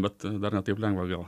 bet dar ne taip lengva gal